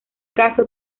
caso